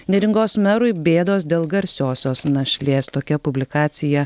neringos merui bėdos dėl garsiosios našlės tokia publikacija